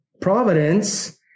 Providence